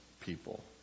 people